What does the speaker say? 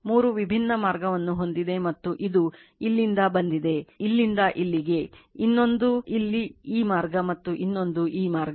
ಮೂರು ವಿಭಿನ್ನ ಮಾರ್ಗವನ್ನು ಹೊಂದಿದೆ ಮತ್ತು ಇದು ಇಲ್ಲಿಂದ ಬಂದಿದೆ ಇಲ್ಲಿಂದ ಇಲ್ಲಿಗೆ ಇನ್ನೊಂದು ಇಲ್ಲಿ ಈ ಮಾರ್ಗ ಮತ್ತು ಇನ್ನೊಂದು ಈ ಮಾರ್ಗ